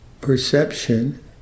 perception